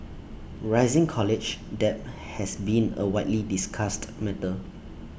rising college debt has been A widely discussed matter